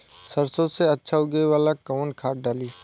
सरसो के अच्छा उगावेला कवन खाद्य डाली?